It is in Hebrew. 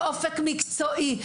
לאופק מקצועי,